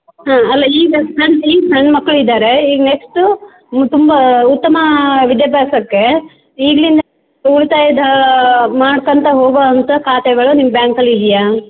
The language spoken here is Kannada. ಹಾಂ ಅಲ್ಲ ಈಗ ಸಣ್ಣ ಈಗ ಸಣ್ಣ ಮಕ್ಕಳು ಇದ್ದಾರೆ ಈಗ ನೆಕ್ಸ್ಟ್ ತುಂಬಾ ಉತ್ತಮ ವಿದ್ಯಾಭ್ಯಾಸಕ್ಕೆ ಈಗಲಿಂದಲೇ ಉಳಿತಾಯದ ಮಾಡ್ಕಂತಾ ಹೋಗುವಂಥಾ ಖಾತೆಗಳು ನಿಮ್ಮ ಬ್ಯಾಂಕಲ್ಲಿ ಇದಿಯಾ